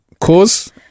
Cause